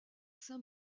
saint